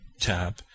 tab